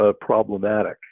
problematic